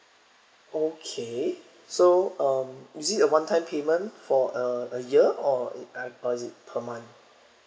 okay so um is it a one time payment for a a year or uh or is it per month